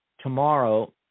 tomorrow